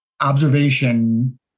observation